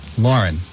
Lauren